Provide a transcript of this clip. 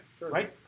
Right